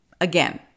again